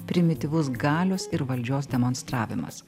primityvus galios ir valdžios demonstravimas